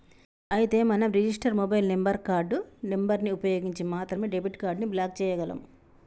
అయితే మనం register mobile number card number ని ఉపయోగించి మాత్రమే డెబిట్ కార్డు ని బ్లాక్ చేయగలం